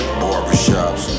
barbershops